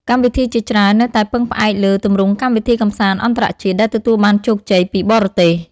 កម្មវិធីជាច្រើននៅតែពឹងផ្អែកលើ ទម្រង់កម្មវិធីកម្សាន្តអន្តរជាតិ ដែលទទួលបានជោគជ័យពីបរទេស។